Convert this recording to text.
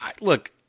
look